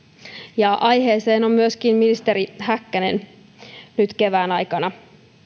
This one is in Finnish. ja aiheeseen on myöskin ministeri häkkänen nyt kevään aikana